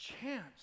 chance